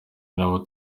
nabo